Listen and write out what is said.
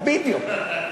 בדיוק.